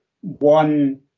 one